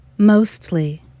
Mostly